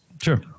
Sure